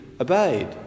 obeyed